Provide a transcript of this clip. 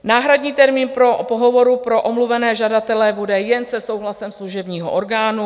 Náhradní termín pohovoru pro omluvené žadatele bude jen se souhlasem služebního orgánu.